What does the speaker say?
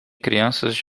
crianças